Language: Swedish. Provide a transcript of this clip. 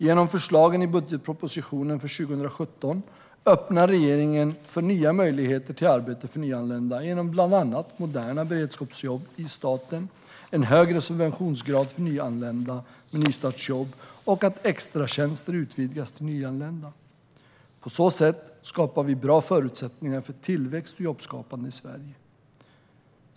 Genom förslagen i budgetpropositionen för 2017 öppnar regeringen för nya möjligheter till arbete för nyanlända genom bland annat moderna beredskapsjobb i staten, en högre subventionsgrad för nyanlända med nystartsjobb och att extratjänster utvidgas till nyanlända. På så sätt skapar vi bra förutsättningar för tillväxt och jobbskapande i Sverige.